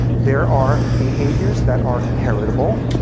there are behaviors that are heritable,